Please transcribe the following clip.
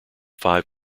five